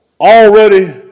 already